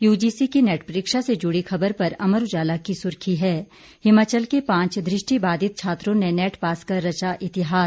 UGC की NET परीक्षा से जुड़ी खबर पर अमर उजाला की सुर्खी है हिमाचल के पांच दृष्टिबाधित छात्रों ने नेट पास कर रचा इतिहास